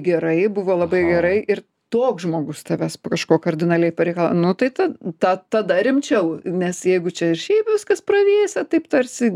gerai buvo labai gerai ir toks žmogus tavęs kažko kardinaliai pareikalau nu tai tu tą tada rimčiau nes jeigu čia ir šiaip viskas pravėsę taip tarsi